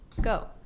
go